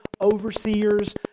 overseers